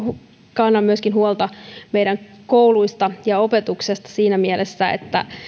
kannan huolta meidän kouluistamme ja opetuksestamme siinä mielessä että